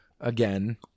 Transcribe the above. Again